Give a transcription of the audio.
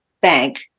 bank